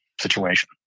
situation